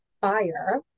fire